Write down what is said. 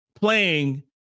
playing